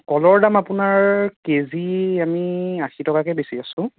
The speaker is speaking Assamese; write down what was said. কলৰ দাম আপোনাৰ কেজি আমি আশী টকাকে বেচি আছোঁ